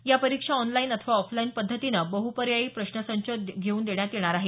या परीक्षा ऑनलाईन अथवा ऑफलाईन पद्धतीने बहपर्यायी प्रश्नसंच देऊन घेण्यात येणार आहेत